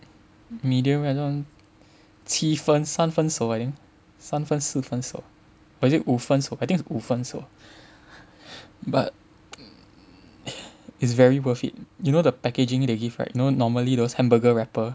medium rare lor 七分三分熟 eh 三分四分熟 or is it 五分熟 I think it's 五分熟 but it is very worth it you know the packaging they give right you know normally those hamburger wrapper